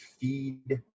feed